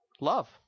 love